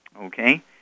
okay